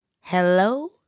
hello